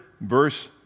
verse